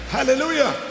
Hallelujah